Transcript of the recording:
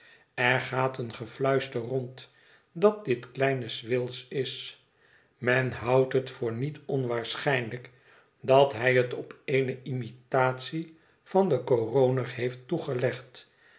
er gaat een gefluister rond dat dit kleine swills is men houdt het voor niet onwaarschijnlijk dat hij het op eene imitatie van den coroner heeft toegelegd